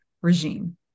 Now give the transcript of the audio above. regime